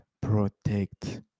protect